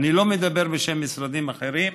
אני לא מדבר בשם משרדים אחרים,